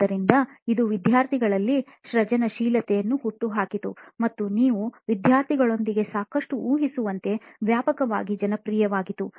ಆದ್ದರಿಂದ ಇದು ವಿದ್ಯಾರ್ಥಿಗಳಲ್ಲಿ ಸೃಜನಶೀಲತೆಯನ್ನು ಹುಟ್ಟುಹಾಕಿತು ಮತ್ತು ನೀವು ವಿದ್ಯಾರ್ಥಿಗಳೊಂದಿಗೆ ಸಾಕಷ್ಟು ಊಹಿಸುವಂತೆ ವ್ಯಾಪಕವಾಗಿ ಜನಪ್ರಿಯವಾಯಿತು